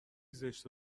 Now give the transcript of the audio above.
زشت